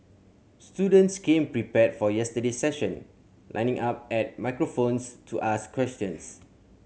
students came prepared for yesterday's session lining up at microphones to ask questions